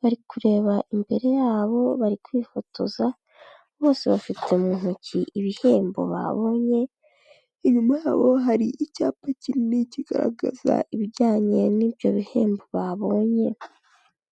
bari kureba imbere yabo, bari kwifotoza. Bose bafite mu ntoki ibihembo babonye; inyuma yabo hari icyapa kinini kigaragaza ibijyanye n'ibyo bihembo babonye.